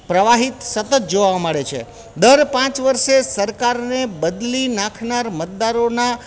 પ્રવાહિત સતત જોવા મળે છે દર પાંચ વર્ષે સરકારને બદલી નાખનાર મતદારોના